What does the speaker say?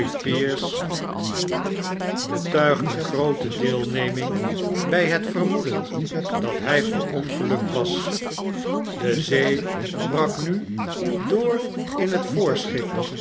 mary pierce betuigden groote deelneming bij het vermoeden dat hy verongelukt was de zee brak nu door in het voorschip